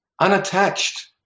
unattached